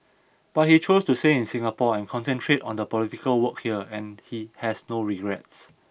but he chose to stay in Singapore and concentrate on the political work here and he has had no regrets